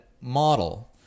model